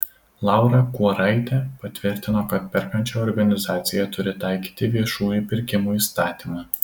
laura kuoraitė patvirtino kad perkančioji organizacija turi taikyti viešųjų pirkimų įstatymą